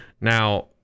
Now